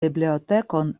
bibliotekon